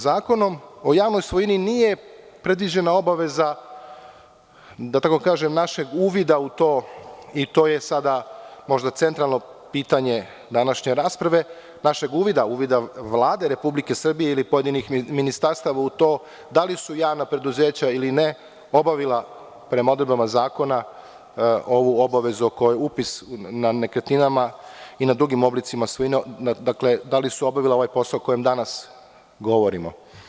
Zakonom o javnoj svojini nije predviđena obaveza našeg uvida u to, i to je sada možda centralno pitanje današnje rasprave, uvida Vlade Republike Srbije ili pojedinih ministarstava u to da li su javna preduzeća ili ne obavila, prema odredbama zakona, ovu obavezu upisa na nekretninama i na drugim oblicima svojine, da li su obavila ovaj posao o kojem danas govorimo.